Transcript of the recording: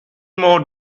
more